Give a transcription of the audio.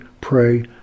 pray